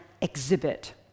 exhibit